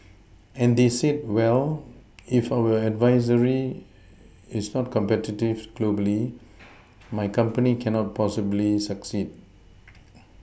and they said well if our industry is not competitive globally my company cannot possibly succeed